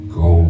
go